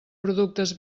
productes